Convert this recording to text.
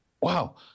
wow